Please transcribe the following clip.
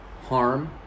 harm